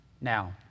Now